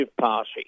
party